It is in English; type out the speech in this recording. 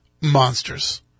monsters